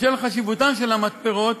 בשל חשיבותן של המתפרות